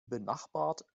benachbart